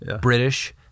British